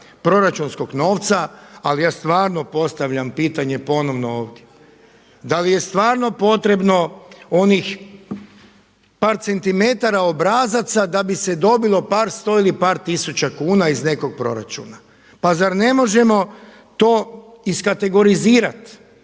proračunskog novca. Ali ja stvarno postavljam pitanje ponovno ovdje, da li je stvarno potrebno onih par centimetara obrazaca da bi se dobilo par sto ili par tisuća kuna iz nekog proračuna. Pa zar ne možemo to iskategorizirat?